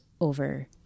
over